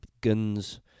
Guns